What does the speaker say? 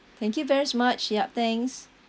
thank you very much yup thanks